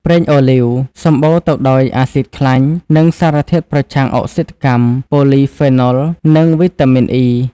ប្រេងអូលីវ សម្បូរទៅដោយអាស៊ីដខ្លាញ់ និងសារធាតុប្រឆាំងអុកស៊ីតកម្ម ប៉ូលីហ្វេណុល (Polyphenols) និង វីតាមីន អុី (E)។